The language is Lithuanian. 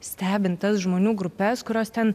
stebint tas žmonių grupes kurios ten